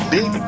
Big